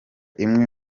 imwe